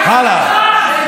הלאה.